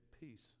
peace